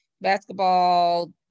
basketball